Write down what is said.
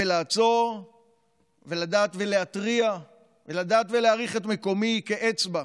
בלעצור ולדעת להתריע ולדעת להעריך את מקומי כאצבע,